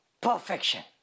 perfection